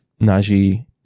Najee